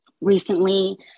recently